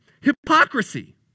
Hypocrisy